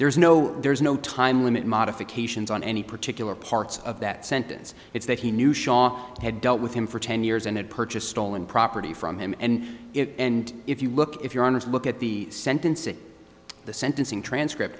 there is no there's no time limit modifications on any particular parts of that sentence it's that he knew shaw had dealt with him for ten years and had purchased stolen property from him and it and if you look if you're honest look at the sentence in the sentencing transcript